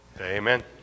Amen